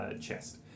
chest